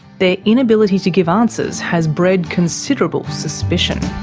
their inability to give answers has bred considerable suspicion.